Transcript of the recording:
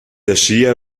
aschia